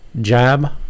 jab